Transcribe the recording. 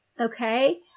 okay